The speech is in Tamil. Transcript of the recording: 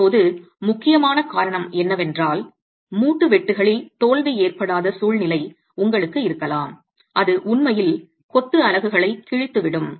இப்போது முக்கியமான காரணம் என்னவென்றால் மூட்டு வெட்டுகளில் தோல்வி ஏற்படாத சூழ்நிலை உங்களுக்கு இருக்கலாம் அது உண்மையில் கொத்து அலகுகளை கிழித்துவிடும்